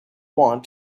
want